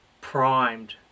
primed